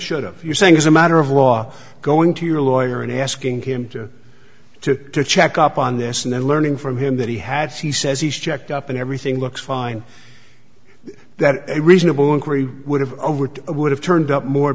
should've you're saying as a matter of law going to your lawyer and asking him to to to check up on this and then learning from him that he had she says he's checked up and everything looks fine that a reasonable inquiry would have over it would have turned up more